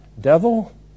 Devil